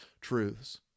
truths